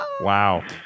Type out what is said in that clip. Wow